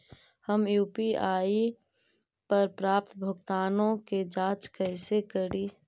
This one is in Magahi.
हम यु.पी.आई पर प्राप्त भुगतानों के जांच कैसे करी?